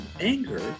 anger